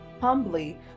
humbly